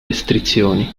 restrizioni